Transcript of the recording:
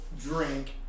drink